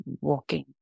walking